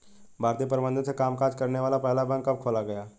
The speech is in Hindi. भारतीय प्रबंधन से कामकाज करने वाला पहला बैंक कब खोला गया?